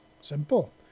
simple